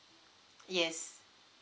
yes